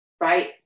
Right